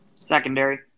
Secondary